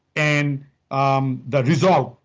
and um the result.